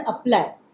apply